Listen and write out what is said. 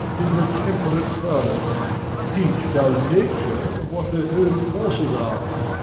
into a temperate furnace teach dull nature what her own forces are.